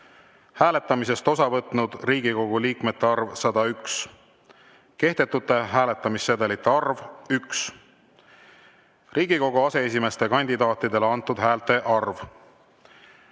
Hääletamisest osa võtnud Riigikogu liikmete arv: 101. Kehtetute hääletamissedelite arv: 1. Riigikogu aseesimeeste kandidaatidele antud häälte arv.